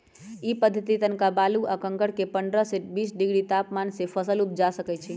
इ पद्धतिसे तनका बालू आ कंकरमें पंडह से बीस डिग्री तापमान में फसल उपजा सकइछि